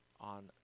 on